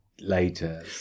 later